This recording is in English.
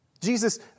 Jesus